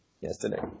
yesterday